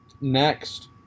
Next